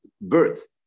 birds